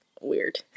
weird